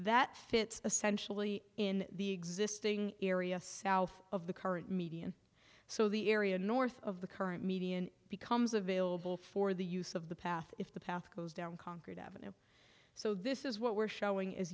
that fits essentially in the existing area south of the current median so the area north of the current median becomes available for the use of the path if the path goes down conquered avenue so this is what we're showing